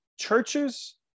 churches